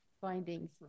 findings